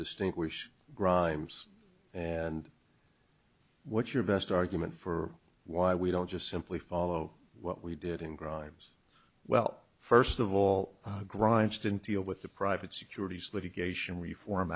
distinguish grimes and what's your best argument for why we don't just simply follow what we did in grimes well first of all grimes didn't deal with the private securities litigation reform